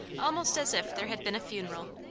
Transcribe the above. almost as if there had been a funeral.